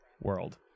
World